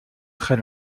très